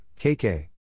KK